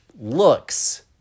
Looks